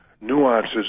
nuances